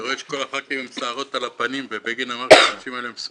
אני רואה שכל הח"כים עם שערות על הפנים ובגין אמר שהאנשים האלה מסוכנים.